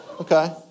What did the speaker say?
Okay